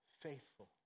faithful